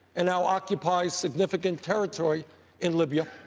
and now occupies significant territory in libya,